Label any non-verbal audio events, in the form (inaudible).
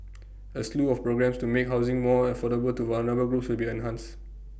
(noise) A slew of programmes to make housing more affordable to vulnerable groups will be enhanced